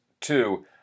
two